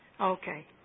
okay